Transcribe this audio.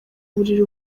buriri